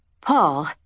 Paul